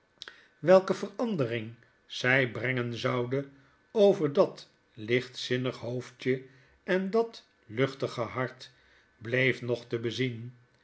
welke verandering zy brengen zoude over dat lichtzinnig hoofdje en dat luchtige hart bleef nog te bezien